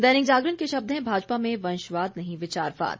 दैनिक जागरण के शब्द हैं भाजपा में वंशवाद नहीं विचारवाद